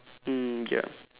mm ya